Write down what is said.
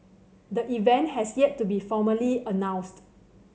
the event has yet to be formally announced